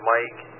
Mike